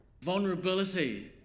vulnerability